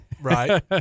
right